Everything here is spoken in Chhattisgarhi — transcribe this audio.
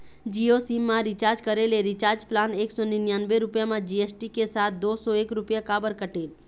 जियो सिम मा रिचार्ज करे ले रिचार्ज प्लान एक सौ निन्यानबे रुपए मा जी.एस.टी के साथ दो सौ एक रुपया काबर कटेल?